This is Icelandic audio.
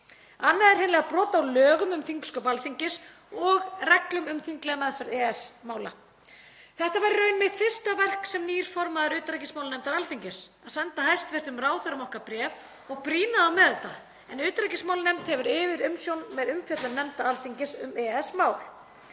Annað er hreinlega brot á lögum um þingsköp Alþingis og reglum um þinglega meðferð EES-mála. Þetta var í raun mitt fyrsta verk sem nýr formaður utanríkismálanefndar Alþingis, að senda hæstv. ráðherrum okkar bréf og brýna þá með þetta, en utanríkismálanefnd hefur yfirumsjón með umfjöllun nefnda Alþingis um EES-mál.